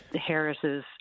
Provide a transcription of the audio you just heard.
Harris's